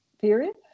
period